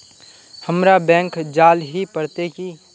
हमरा बैंक जाल ही पड़ते की?